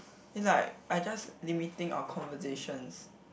it's like I just limiting our conversations